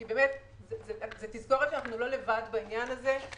כי זו תזכורת שאנחנו לא לבד בעניין הזה.